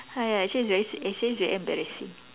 !haiya! actually it's very actually it's very embarrassing